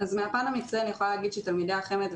אז מהפן המקצועי אני יכולה להגיד שתלמידי החמ"ד,